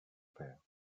père